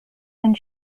and